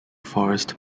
forest